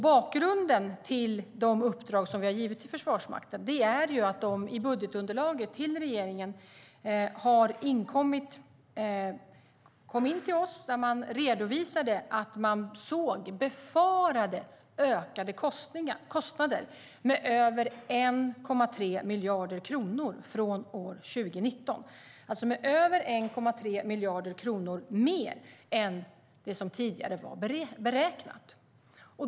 Bakgrunden till de uppdrag som vi har givit till Försvarsmakten är att de i budgetunderlaget till regeringen redovisade att de befarade ökade kostnader med över 1,3 miljarder kronor från år 2019, alltså över 1,3 miljarder kronor mer än det som tidigare var beräknat.